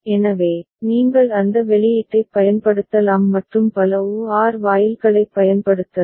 எனவே நீங்கள் அந்த வெளியீட்டைப் பயன்படுத்தலாம் மற்றும் பல OR வாயில்களைப் பயன்படுத்தலாம்